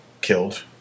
killed—